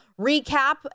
recap